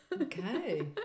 Okay